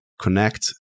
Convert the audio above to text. connect